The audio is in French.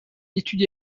étudie